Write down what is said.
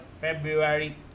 February